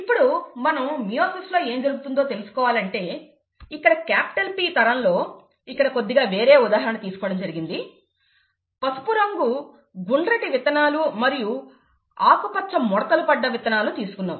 ఇప్పుడు మనం మియోసిస్లో ఏం జరుగుతోందో తెలుసుకోవాలనుకుంటే ఇక్కడ P తరంలో ఇక్కడ కొద్దిగా వేరే ఉదాహరణ తీసుకోవడం జరిగింది పసుపు రంగు గుండ్రటి విత్తనాలు మరియు ఆకుపచ్చ ముడతలు పడ్డ విత్తనాలు తీసుకున్నాం